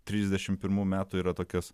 trisdešimt pirmų metų yra tokios